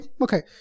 okay